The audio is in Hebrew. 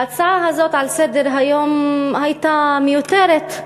ההצעה הזאת לסדר-היום הייתה מיותרת,